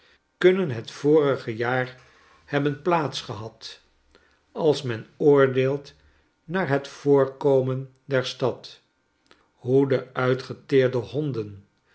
kunnen het vorige jaar hebben plaats gehad als men oordeelt naar het voorkomen der stad hoe de uitgeteerde honden